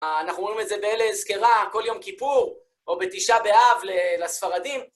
אנחנו רואים את זה באלה אזכרה כל יום כיפור, או בתשע באב לספרדים.